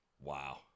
Wow